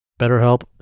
BetterHelp